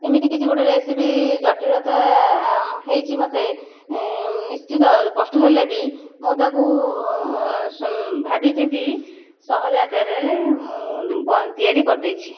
ଏମିତି କିଛି ଗୋଟେ ରେସିପି ଜଟିଳତା ହେଇଛି ମୋତେ ନିଶ୍ଚିତ କଷ୍ଟ ହେଲେ ବି ମୁଁ ତାକୁ ଭାବିଚିନ୍ତି ସହଜ ଆକାରରେ ମୁଁ ତିଆରି କରିଦେଇଛି